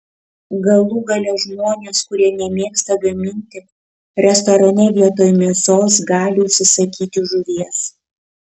galų gale žmonės kurie nemėgsta gaminti restorane vietoj mėsos gali užsisakyti žuvies